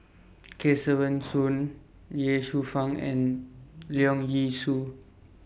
Kesavan Soon Ye Shufang and Leong Yee Soo